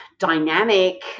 dynamic